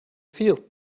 feel